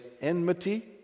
enmity